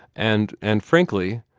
and and, frankly,